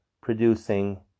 producing